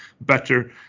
better